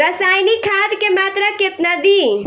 रसायनिक खाद के मात्रा केतना दी?